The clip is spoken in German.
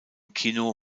kino